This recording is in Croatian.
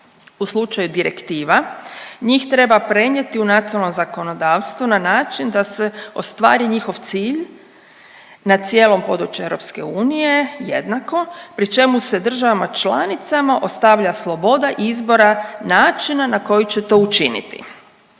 U slučaju direktiva njih treba prenijeti u nacionalno zakonodavstvo na način da se ostvari njihov cilj na cijelom području EU jednako pri čemu se državama članicama ostavlja sloboda izbora načina na koji će to učiniti.